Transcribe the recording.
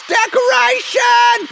decoration